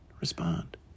respond